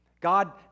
God